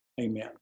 amen